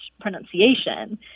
pronunciation